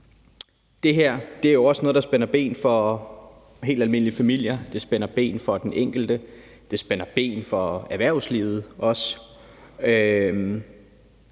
Det her er jo også noget, der spænder ben for helt almindelige familier. Det spænder ben for den enkelte.